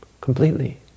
completely